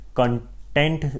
content